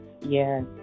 yes